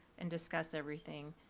and discuss everything,